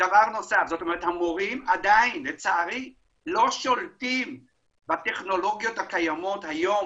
המורים עדיין לצערי לא שולטים בטכנולוגיות הקיימות היום